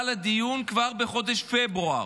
לדיון בפעם הראשונה כבר בחודש פברואר.